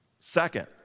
Second